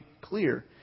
clear